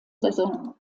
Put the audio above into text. saison